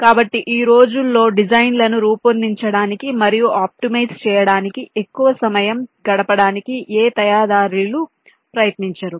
కాబట్టి ఈ రోజుల్లో డిజైన్లను రూపొందించడానికి మరియు ఆప్టిమైజ్ చేయడానికి ఎక్కువ సమయం గడపడానికి ఏ తయారీదారులు ప్రయత్నించరు